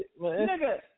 Nigga